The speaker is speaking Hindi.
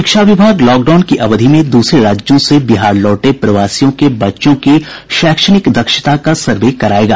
शिक्षा विभाग लॉकडाउन की अवधि में दूसरे राज्यों से बिहार लौटे प्रवासियों के बच्चों की शैक्षणिक दक्षता का सर्वे करायेगा